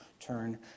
turn